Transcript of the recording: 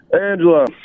Angela